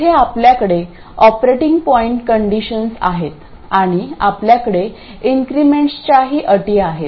येथे आपल्याकडे operating point conditions आहेत आणि आपल्याकडे इनक्रीमेंट्सच्याही अटी आहेत